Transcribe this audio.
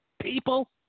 people